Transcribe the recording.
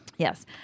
Yes